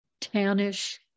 tannish